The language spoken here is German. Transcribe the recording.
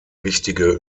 wichtige